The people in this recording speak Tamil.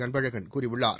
அன்பழகன் கூறியுள்ளார்